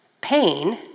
Pain